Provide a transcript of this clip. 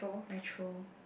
retro